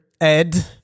ed